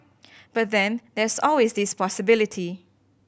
but then there's always this possibility